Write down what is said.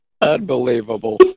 Unbelievable